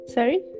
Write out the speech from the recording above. Sorry